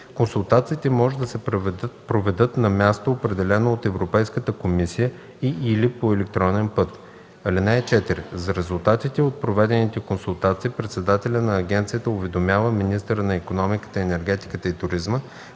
Консултациите може да се проведат на място, определено от Европейската комисия, и/или по електронен път. (4) За резултатите от проведените консултации председателят на агенцията уведомява министъра на икономиката, енергетиката и туризма,